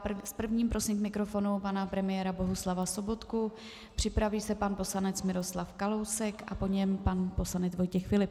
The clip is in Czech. S prvním prosím k mikrofonu pana premiéra Bohuslava Sobotku, připraví se pan poslanec Miroslav Kalousek a po něm pan poslanec Vojtěch Filip.